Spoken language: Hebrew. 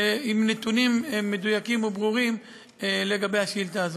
עם נתונים מדויקים וברורים לגבי השאילתה הזאת.